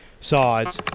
sides